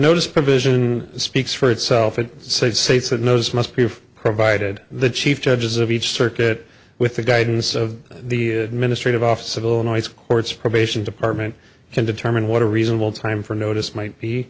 notice provision speaks for itself it saves states and those must be provided the chief judges of each circuit with the guidance of the administrative office of illinois courts probation department can determine what a reasonable time for notice might